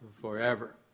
forever